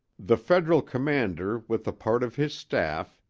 the federal commander with a part of his staff,